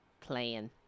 playing